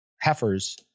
heifers